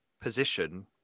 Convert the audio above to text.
position